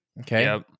Okay